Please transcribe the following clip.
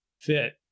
fit